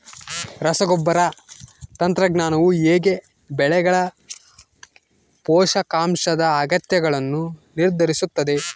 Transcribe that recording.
ರಸಗೊಬ್ಬರ ತಂತ್ರಜ್ಞಾನವು ಹೇಗೆ ಬೆಳೆಗಳ ಪೋಷಕಾಂಶದ ಅಗತ್ಯಗಳನ್ನು ನಿರ್ಧರಿಸುತ್ತದೆ?